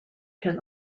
can